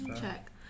check